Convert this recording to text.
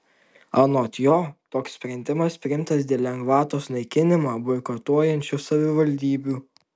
anot jo toks sprendimas priimtas dėl lengvatos naikinimą boikotuojančių savivaldybių